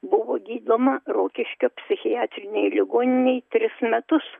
buvo gydoma rokiškio psichiatrinėje ligoninėje tris metus